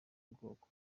ubwoko